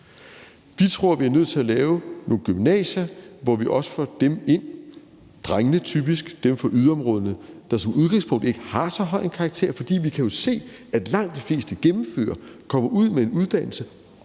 Vi tror, at vi er nødt til at lave nogle gymnasier, hvor vi også får dem ind, typisk drengene, dem fra yderområderne, der som udgangspunkt ikke har så høj en karakter. For vi kan jo se, at langt de fleste gennemfører, at de kommer ud med uddannelse,